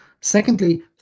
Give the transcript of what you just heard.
Secondly